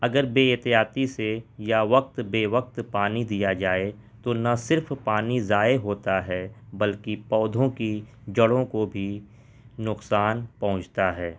اگر بےحتیاطی سے یا وقت بے وقت پانی دیا جائے تو نہ صرف پانی ضائع ہوتا ہے بلکہ پودھوں کی جڑوں کو بھی نقصان پہنچتا ہے